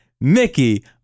Mickey